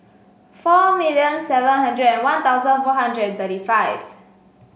four million seven hundred and One Thousand four hundred and thirty five